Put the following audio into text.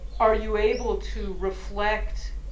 are you able to reflect,